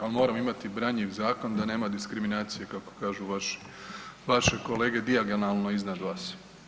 Ali moram imat branjiv zakon da nema diskriminacije kako kažu vaše kolege dijagonalno iznad vas.